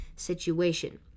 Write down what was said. situation